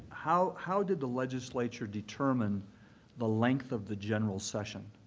how how did the legislature determine the length of the general session?